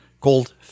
called